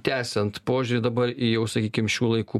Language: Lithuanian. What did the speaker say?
tęsiant požiūrį dabar jau sakykim šių laikų